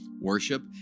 worship